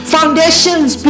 Foundations